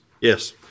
yes